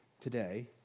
today